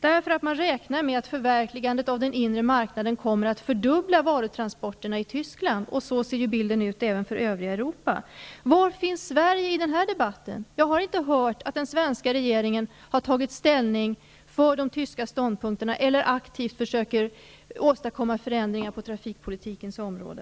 Man räknar nämligen med att förverkligandet av den inre marknaden kommer att innebära att antalet varutransporter i Tyskland fördubblas. Samma bild gäller för övriga Europa. Var finns Sverige i den debatten? Jag har inte hört att den svenska regeringen har tagit ställning för de tyska ståndpunkterna eller att man aktivt försöker åstadkomma förändringar på trafikpolitikens område.